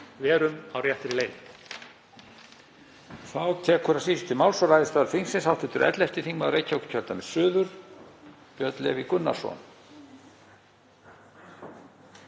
erum á réttri leið.